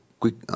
quick